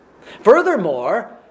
Furthermore